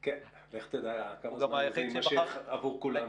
כן, לך תדע כמה זמן זה יימשך, עבור כולנו.